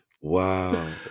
Wow